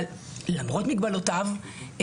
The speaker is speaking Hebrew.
אבל למרות מגבלותיו,